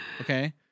Okay